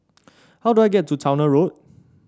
how do I get to Towner Road